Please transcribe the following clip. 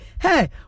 hey